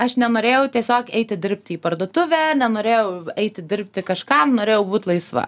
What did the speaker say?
aš nenorėjau tiesiog eiti dirbti į parduotuvę nenorėjau eiti dirbti kažkam norėjau būt laisva